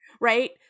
right